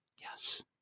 Yes